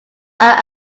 are